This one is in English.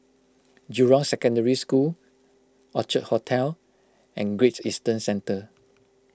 Jurong Secondary School Orchard Hotel and Great Eastern Centre